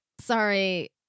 sorry